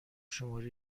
شماره